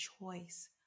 choice